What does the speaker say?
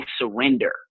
surrender